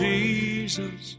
Jesus